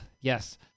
yes